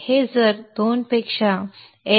हे जर 2 पेक्षा errors